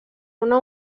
una